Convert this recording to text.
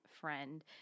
friend